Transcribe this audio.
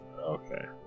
Okay